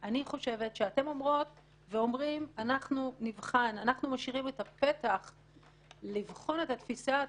אני חושב שאם אנחנו מפצלים את הקטגוריות כך ששתיים הולכות לרצח בסיסי,